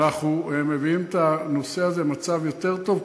אנחנו מביאים את הנושא הזה למצב יותר טוב,